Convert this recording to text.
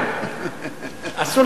המשטר.